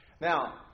Now